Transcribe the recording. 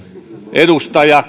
edustaja